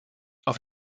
auf